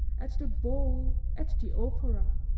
at the ball, at the opera